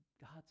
God's